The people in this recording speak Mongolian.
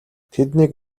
тэднийг